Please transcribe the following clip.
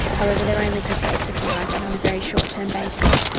however they're only prepared to provide that on a very short-term basis,